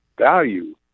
value